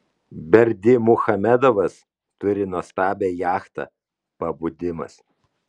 berdymuchamedovas turi nuostabią jachtą pabudimas